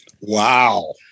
Wow